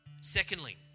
Secondly